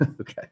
Okay